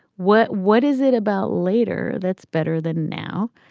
what? what is it about later that's better than now.